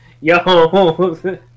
Yo